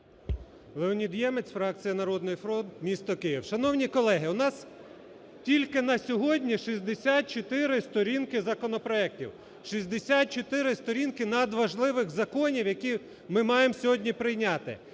Леонід Ємець, фракція "Народний фронт", місто Київ. Шановні колеги, у нас тільки на сьогодні 64 сторінки законопроектів, 64 сторінки надважливих законів, які ми маємо сьогодні прийняти.